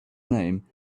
name